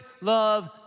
love